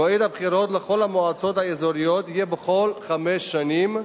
מועד הבחירות לכל המועצות האזוריות יהיה בכל חמש שנים,